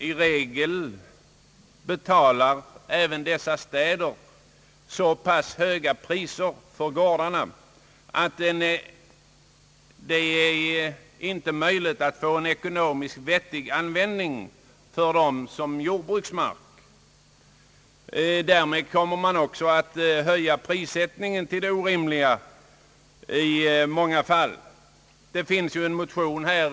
I regel betalar dessa städer och kommuner även så höga priser för gårdarna, att det inte är möjligt att få en ekonomiskt vettig användning för dem som jordbruksmark. Därmed höjes prissättningen till det orimliga i många fall, och samtidigt fördyras livsmedelsproduktionen.